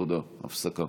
תודה רבה.